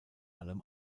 allem